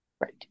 right